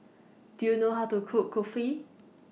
Do YOU know How to Cook Kulfi